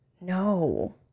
No